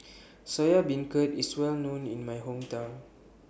Soya Beancurd IS Well known in My Hometown